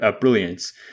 brilliance